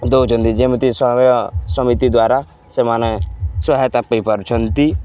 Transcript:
ଦେଉଛନ୍ତି ଯେମିତି ସମୟ ସମିତି ଦ୍ୱାରା ସେମାନେ ସହାୟତା ପାଇପାରୁଛନ୍ତି